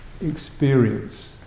experience